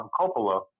Coppola